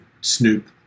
Snoop